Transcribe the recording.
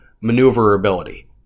maneuverability